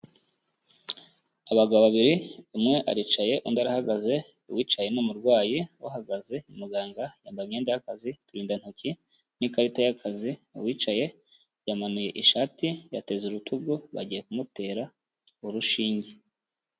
Abagabo babiri umwe aricaye undi arahagaze, uwicaye ni umurwayi, uhagaze ni muganga yambaye imyenda y'akazi, uturindantoki n'ikarita y'akazi, uwicaye yamanuye ishati yateze urutugu bagiye kumutera urushinge.